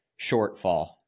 shortfall